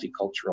multicultural